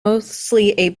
mostly